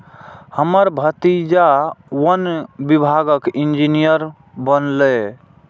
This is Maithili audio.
हमर भतीजा वन विभागक इंजीनियर बनलैए